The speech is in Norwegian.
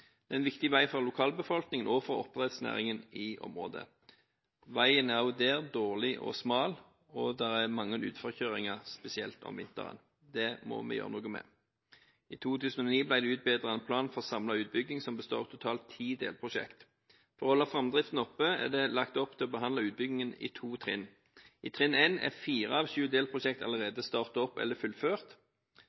Det er en viktig vei for lokalbefolkningen og for oppdrettsnæringen i området. Veien er òg der dårlig og smal, og det er mange utforkjøringer, spesielt om vinteren. Det må vi gjøre noe med. I 2009 ble det utarbeidet en plan for samlet utbygging som består av totalt ti delprosjekt. For å holde framdriften oppe er det lagt opp til å behandle utbyggingen i to trinn. I trinn 1 er fire av sju delprosjekt allerede startet opp eller fullført.